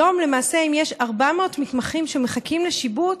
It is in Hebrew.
היום, למעשה, אם יש 400 מתמחים שמחכים לשיבוץ,